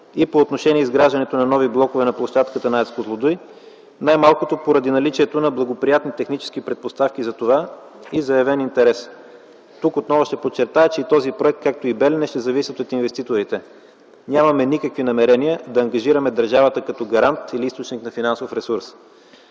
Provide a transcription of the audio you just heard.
и по отношение изграждането на нови блокове на площадката на АЕЦ „Козлодуй”, най-малкото поради наличието на благоприятни технически предпоставки за това и заявен интерес. Тук отново ще подчертая, че и този проект, както и „Белене”, ще зависят от инвеститорите. Нямаме никакви намерения да ангажираме държавата като гарант или източник на финансов ресурс.